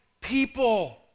people